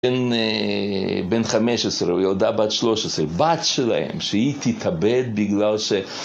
בן חמש עשרה או ילדה בת שלוש עשרה, בת שלהם שהיא תתאבד בגלל ש...